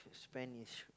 span is